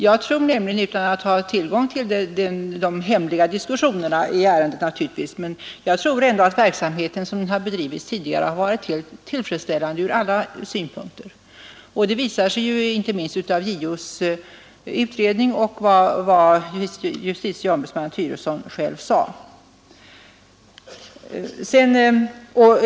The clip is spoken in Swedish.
Jag tror nämligen — naturligtvis utan att ha tillgång till det hemliga materialet — att verksamheten som den bedrivits tidigare har varit helt tillfredsställande ur alla synpunkter. Det visar sig ju inte minst av JO:s utredning och vad justitieombudsmannen Thyresson själv yttrade.